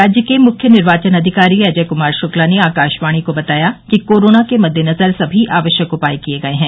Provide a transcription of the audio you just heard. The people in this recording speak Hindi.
राज्य के मुख्य निर्वाचन अधिकारी अजय कुमार शुक्ला ने आकाशवाणी को बताया कि कोरोना के मद्देनजर सभी आवश्ययक उपाय किए गए हैं